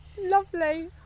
Lovely